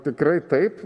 tikrai taip